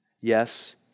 Yes